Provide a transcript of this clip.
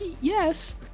yes